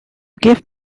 give